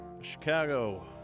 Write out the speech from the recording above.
Chicago